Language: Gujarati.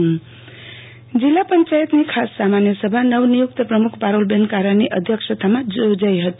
આરતી ભટ જિલ્લા પંચાયતની સામાન્ય સભા જિલ્લા પંચાયતની ખાસ સામાન્ય સભા નવ નિયુકત પમુખ પારૂલબેન કારાની અધ્યક્ષતામાં યોજાઈ હતો